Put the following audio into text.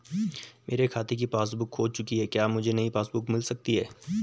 मेरे खाते की पासबुक बुक खो चुकी है क्या मुझे नयी पासबुक बुक मिल सकती है?